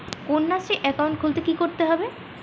Kanyashree account খুলতে কী করতে হবে?